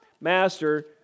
master